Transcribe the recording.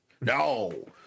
No